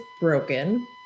broken